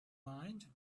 mind